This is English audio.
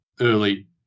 Early